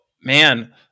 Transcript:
man